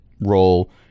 role